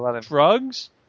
Drugs